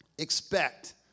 Expect